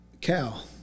Cal